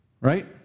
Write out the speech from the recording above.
Right